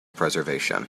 preservation